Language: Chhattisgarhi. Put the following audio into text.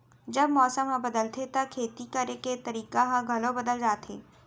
जब मौसम ह बदलथे त खेती करे के तरीका ह घलो बदल जथे?